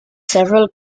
several